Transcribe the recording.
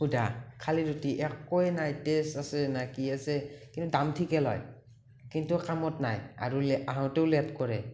সোদা খালি ৰুটি একোৱেই নাই টেষ্ট আছে না কি আছে কিন্তু দাম ঠিকেই লয় কিন্তু কামত নাই আৰু আহোঁতেও লে'ট কৰে